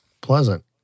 Pleasant